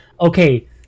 okay